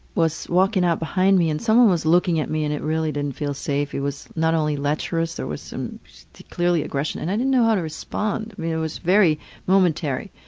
was walking out behind me and someone was looking at me and it really didn't feel safe. it was not only lecherous, there was some clearly aggression. and i didn't know how to respond. i mean it was very momentary.